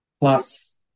plus